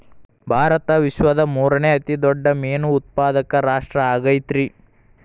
ಭಾರತ ವಿಶ್ವದ ಮೂರನೇ ಅತಿ ದೊಡ್ಡ ಮೇನು ಉತ್ಪಾದಕ ರಾಷ್ಟ್ರ ಆಗೈತ್ರಿ